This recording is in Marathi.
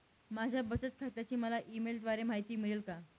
माझ्या बचत खात्याची मला ई मेलद्वारे माहिती मिळेल का?